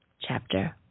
chapter